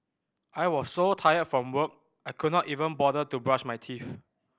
I was so tired from work I could not even bother to brush my teeth